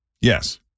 Yes